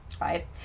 right